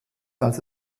als